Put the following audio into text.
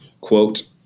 quote